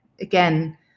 again